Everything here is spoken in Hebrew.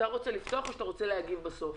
אתה רוצה לפתוח או שאתה רוצה להגיב בסוף?